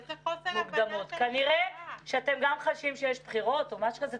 איזה חוסר הבנה --- כנראה שאתם גם חשים שיש בחירות או משהו כזה.